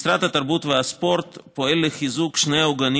משרד התרבות והספורט פועל לחיזוק שני עוגנים